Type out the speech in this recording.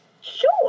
Sure